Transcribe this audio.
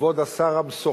כבוד השר המשוחח